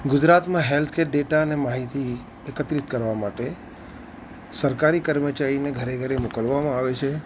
ગુજરાતનાં healthcare data અને માહિતી એકત્રિત કરવા માટે સરકારી કર્મચારીને ઘરે ઘરે મોકલવામાં આવે છે